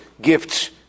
gifts